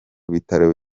bitaro